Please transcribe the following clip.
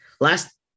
last